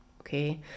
okay